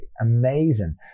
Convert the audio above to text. amazing